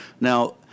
Now